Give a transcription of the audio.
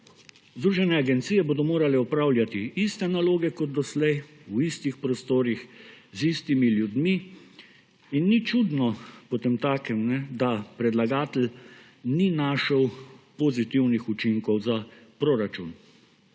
Združene agencije bodo morale opravljati iste naloge kot doslej v istih prostorih, z istimi ljudmi in ni čudno potemtakem, da predlagatelj ni našel pozitivnih učinkov za proračun.